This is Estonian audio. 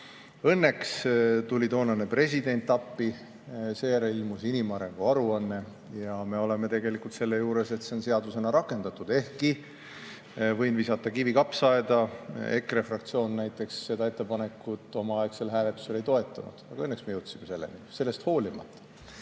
Õnneks tuli toonane president appi, seejärel ilmus inimarengu aruanne. Ja nüüd me oleme tegelikult sealmaal, et see on seadusena rakendatud. Ehkki – võin visata kivi kapsaaeda – EKRE fraktsioon näiteks seda ettepanekut omaaegsel hääletusel ei toetanud. Aga õnneks me jõudsime selleni sellest